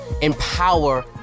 empower